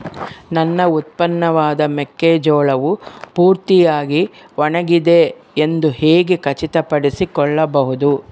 ನನ್ನ ಉತ್ಪನ್ನವಾದ ಮೆಕ್ಕೆಜೋಳವು ಪೂರ್ತಿಯಾಗಿ ಒಣಗಿದೆ ಎಂದು ಹೇಗೆ ಖಚಿತಪಡಿಸಿಕೊಳ್ಳಬಹುದು?